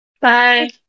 Bye